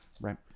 Right